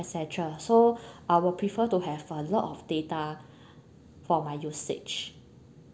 et cetera so I will prefer to have a lot of data for my usage